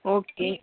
okay